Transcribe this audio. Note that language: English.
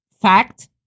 fact